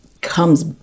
comes